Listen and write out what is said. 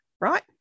right